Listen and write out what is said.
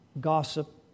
gossip